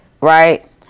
right